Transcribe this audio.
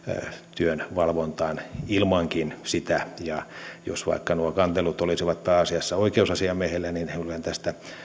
työn valvontaan ilmankin sitä ja jos vaikka nuo kantelut olisivat pääasiassa oikeusasiamiehellä niin kyllähän tästä